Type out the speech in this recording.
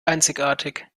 einzigartig